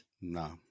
No